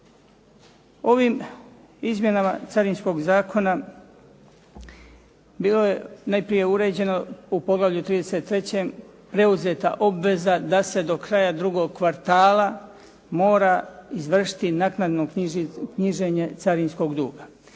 Ovim izmjenama Carinskog zakona bilo je najprije uređeno u poglavlju 33. preuzeta obveza da se do kraja drugog kvartala mora izvršiti naknadno knjiženje carinskog duga.